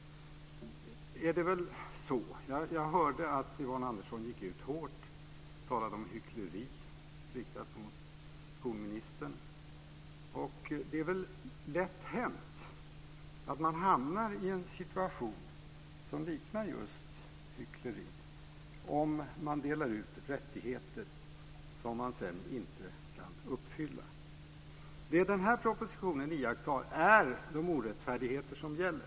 Jag hörde att Yvonne Andersson gick ut hårt och talade om hyckleri - riktat mot skolministern. Det är väl lätt hänt att man hamnar i en situation som liknar just hyckleri om man delar ut rättigheter som man sedan inte kan uppfylla. I den här propositionen har iakttagits de orättfärdigheter som finns.